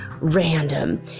random